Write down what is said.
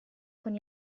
con